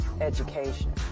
education